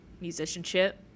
musicianship